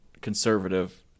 conservative